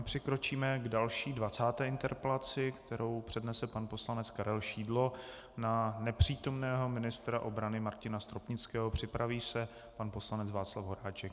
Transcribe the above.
Přikročíme k další, dvacáté interpelaci, kterou přednese pan poslanec Karel Šidlo na nepřítomného ministra obrany Martina Stropnického, připraví se pan poslanec Václav Horáček.